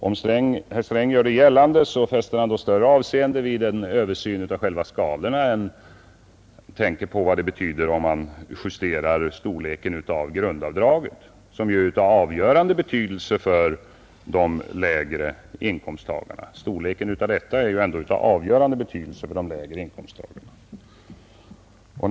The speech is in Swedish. Om herr Sträng gör detta gällande fäster han större avseende vid en översyn av själva skalorna och tänker mindre på vad en justering av grundavdragets storlek betyder. Storleken av grundavdraget har ändå avgörande betydelse för de lägre inkomsttagarna.